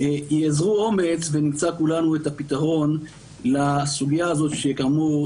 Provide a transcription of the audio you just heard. יאזרו אומץ ונמצא כולנו את הפתרון לסוגיה הזאת שכאמור,